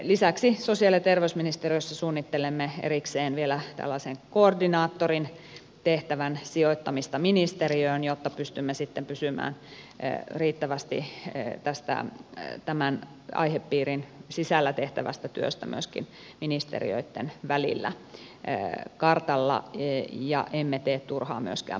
lisäksi sosiaali ja terveysministeriössä suunnittelemme erikseen vielä tällaisen koordinaattorin tehtävän sijoittamista ministeriöön jotta pystymme sitten pysymään riittävästi tästä tämän aihepiirin sisällä tehtävästä työstä myöskin ministeriöitten välillä kartalla ja emme tee turhaan myöskään päällekkäistä työtä